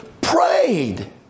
prayed